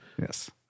Yes